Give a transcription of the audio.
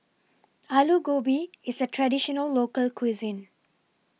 Alu Gobi IS A Traditional Local Cuisine